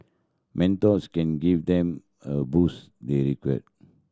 mentors can give them a boost they require